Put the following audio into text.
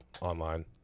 online